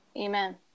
Amen